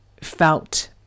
felt